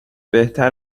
بهتر